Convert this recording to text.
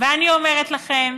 ואני אומרת לכם